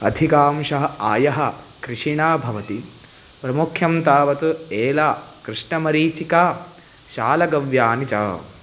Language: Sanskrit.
अधिकांशः आयः कृषिणा भवति प्रामुख्यं तावत् एला कृष्णमरीचिका शालगव्यानि च